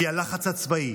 בלי הלחץ הצבאי